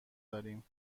داریم